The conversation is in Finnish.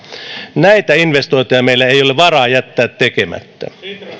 näitä investointeja meillä ei ole varaa jättää tekemättä